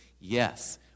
yes